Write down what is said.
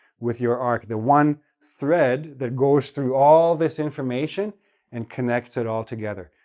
with your arc, the one thread that goes through all this information and connects it all together,